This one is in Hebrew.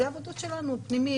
זה נוהל שלנו פנימי,